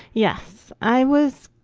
yes. i was